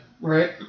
Right